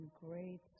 great